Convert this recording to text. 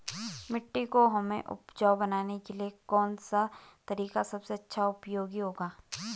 मिट्टी को हमें उपजाऊ बनाने के लिए कौन सा तरीका सबसे अच्छा उपयोगी होगा?